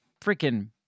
freaking